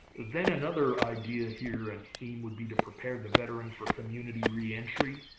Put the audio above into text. then another idea here and theme would be to prepare the veteran for community reentry.